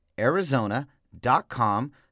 Arizona.com